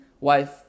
wife